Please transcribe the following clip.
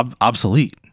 obsolete